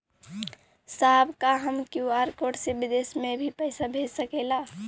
साहब का हम क्यू.आर कोड से बिदेश में भी पैसा भेज सकेला?